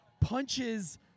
punches